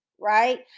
Right